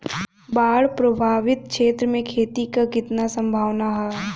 बाढ़ प्रभावित क्षेत्र में खेती क कितना सम्भावना हैं?